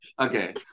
okay